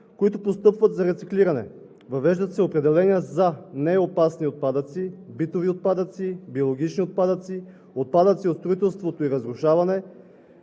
които постъпват за рециклиране. Въвеждат се определения за „неопасни отпадъци“, „битови отпадъци“, „биологични отпадъци“, „отпадъци от строителство и разрушаване“,